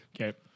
Okay